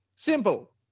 Simple